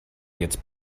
jetzt